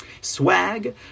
swag